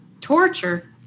Torture